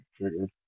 triggered